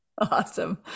awesome